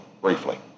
briefly